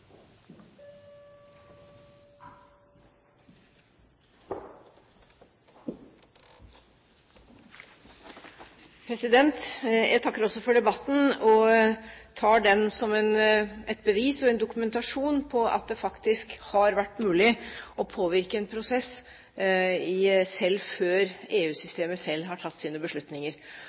tar den som et bevis og en dokumentasjon på at det faktisk har vært mulig å påvirke en prosess, selv før EU-systemet selv har tatt sine beslutninger.